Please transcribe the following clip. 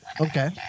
Okay